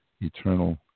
eternal